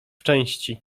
części